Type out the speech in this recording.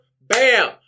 bam